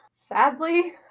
Sadly